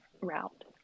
route